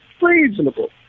reasonable